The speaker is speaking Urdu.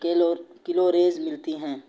کلور کلوریز ملتی ہیں